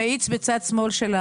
המאיץ בצד שמאל.